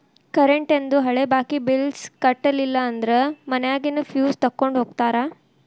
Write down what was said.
ಕರೆಂಟೇಂದು ಹಳೆ ಬಾಕಿ ಬಿಲ್ಸ್ ಕಟ್ಟಲಿಲ್ಲ ಅಂದ್ರ ಮನ್ಯಾಗಿನ್ ಫ್ಯೂಸ್ ತೊಕ್ಕೊಂಡ್ ಹೋಗ್ತಾರಾ